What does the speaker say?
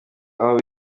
aho